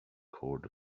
cord